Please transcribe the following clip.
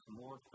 more